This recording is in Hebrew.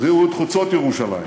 ראו את חוצות ירושלים: